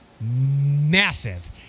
massive